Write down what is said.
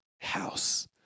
house